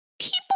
people